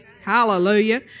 Hallelujah